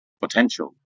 potential